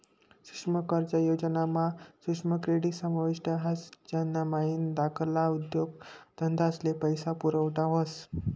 सुक्ष्म कर्ज योजना मा सुक्ष्म क्रेडीट समाविष्ट ह्रास ज्यानामाईन धाकल्ला उद्योगधंदास्ले पैसा पुरवठा व्हस